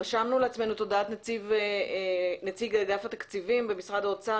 רשמנו לעצמנו את הודעת נציג אגף התקציבים במשרד האוצר.